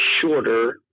shorter